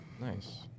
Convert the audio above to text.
Nice